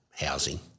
housing